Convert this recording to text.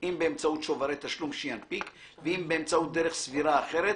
אם באמצעות שוברי תשלום שינפיק ואם באמצעות דרך סבירה אחרת